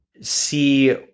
see